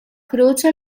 croce